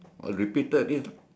oh repeated this